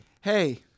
Hey